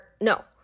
no